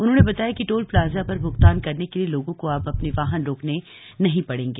उन्होंने बताया कि टोल प्लाजा पर भुगतान करने के लिए लोगों को अब अपने वाहन रोकने नहीं पड़ेंगे